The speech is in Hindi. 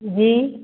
जी